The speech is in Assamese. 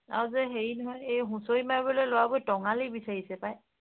আৰু যে হেৰি নহয় এই হুঁচৰি মাৰিবলৈ ল'ৰাবোৰে টঙালি বিচাৰিছে পায়